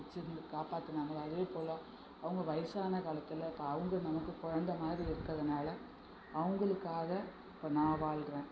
வைச்சிருந்து காப்பாற்றினாங்ளோ அதே போல் அவங்க வயதான காலத்தில் இப்போ அவங்க நமக்குக் கொழந்தை மாதிரி இருக்கிறதினால அவர்களுக்காக இப்போ நான் வாழ்கிறேன்